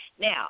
Now